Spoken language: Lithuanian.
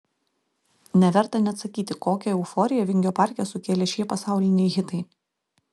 neverta net sakyti kokią euforiją vingio parke sukėlė šie pasauliniai hitai